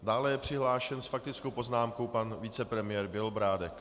Dále je přihlášen s faktickou poznámkou pan vicepremiér Bělobrádek.